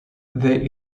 they